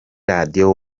radio